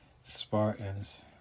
Spartans